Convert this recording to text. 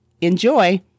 Enjoy